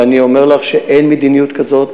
ואני אומר לך שאין מדיניות כזאת,